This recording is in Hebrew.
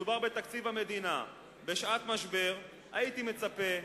כשמדובר בתקציב המדינה בשעת משבר, הייתי מצפה,